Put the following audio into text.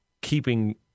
keeping